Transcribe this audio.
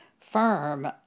firm